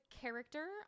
character